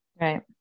right